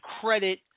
credit